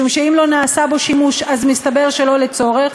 משום שאם לא נעשה בו שימוש אז מסתבר שלא לצורך,